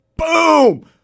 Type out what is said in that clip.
Boom